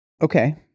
Okay